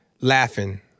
laughing